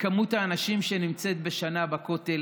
לכמות האנשים שנמצאת בשנה בכותל.